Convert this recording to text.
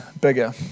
bigger